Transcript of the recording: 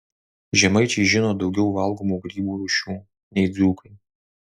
žemaičiai žino daugiau valgomų grybų rūšių nei dzūkai